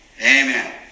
Amen